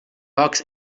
bucks